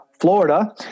Florida